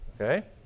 Okay